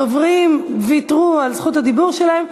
הדוברים ויתרו על זכות הדיבור שלהם.